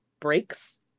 breaks